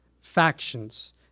Factions